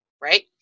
Right